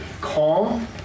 calm